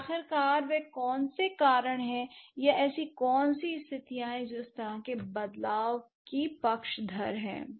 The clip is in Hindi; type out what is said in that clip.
और आखिरकार वे कौन से कारण हैं या ऐसी कौन सी स्थितियाँ हैं जो इस तरह के बदलाव की पक्षधर हैं